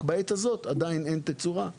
בעת הזו עדיין אין תצורה.